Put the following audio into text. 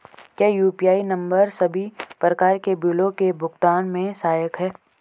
क्या UPI number सभी प्रकार के बिलों के भुगतान में सहायक हैं?